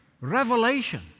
revelation